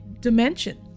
dimension